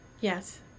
Yes